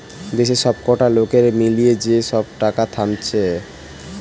দেশের সবকটা লোকের মিলিয়ে যে সব টাকা থাকছে